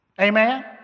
Amen